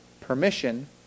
permission